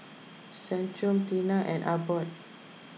Centrum Tena and Abbott